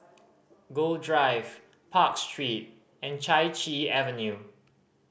Gul Drive Park Street and Chai Chee Avenue